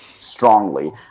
strongly